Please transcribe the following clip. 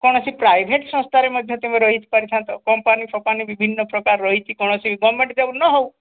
କୌଣସି ପ୍ରାଇଭେଟ୍ ସଂସ୍ଥାରେ ମଧ୍ୟ ତୁମେ ରହି ପାରିଥାନ୍ତ କମ୍ପାନୀ ଫମ୍ପାନି ବିଭିନ୍ନ ପ୍ରକାର ରହିଛି କୌଣସି ଗଭର୍ଣ୍ଣମେଣ୍ଟ୍ ଜବ୍ ନ ହେଉ